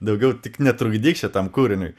daugiau tik netrukdyk šitam kūriniui